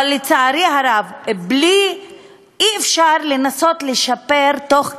אבל, לצערי הרב, אי-אפשר לנסות לשפר תוך כדי,